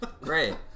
Great